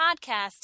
podcast